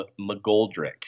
McGoldrick